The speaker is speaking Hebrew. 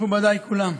מכובדיי כולם,